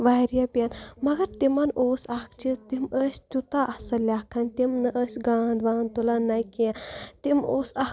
واریاہ پٮ۪ن مگر تِمَن اوس اَکھ چیٖز تِم ٲسۍ تیوٗتاہ اَصٕل لیکھان تِم نہٕ ٲسۍ گانٛد وانٛد تُلان نہ کینٛہہ تِم اوس اَکھ